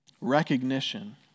recognition